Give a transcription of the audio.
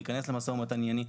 להיכנס למשא ומתן ענייני.